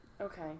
Okay